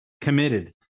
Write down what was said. committed